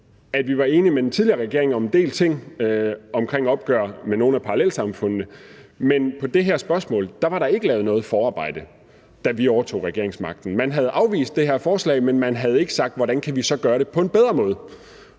at vi var enige med den tidligere regering om en del ting i forhold til opgøret med nogle af parallelsamfundene, men på det her spørgsmål var der ikke lavet noget forarbejde, da vi overtog regeringsmagten. Man havde afvist det her forslag, men man havde ikke sagt, hvordan man så kunne gøre det på en bedre måde.